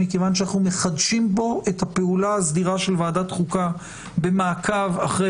מכיוון שאנחנו מחדשים בו את הפעולה הסדירה של ועדת חוקה במעקב אחרי